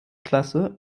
klasse